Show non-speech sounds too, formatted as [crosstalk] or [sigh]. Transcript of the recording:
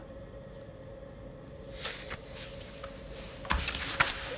[noise]